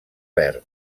verd